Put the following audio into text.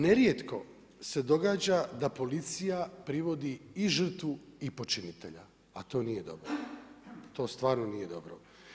Ne rijetko se događa da policija privodi i žrtvu i počinitelja a to nije dobro, to stvarno nije dobro.